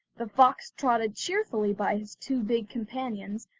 the fox trotted cheerfully by his two big companions,